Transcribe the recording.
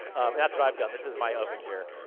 that's what i've done. this is my oven here.